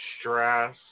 stress